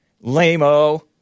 Lame-o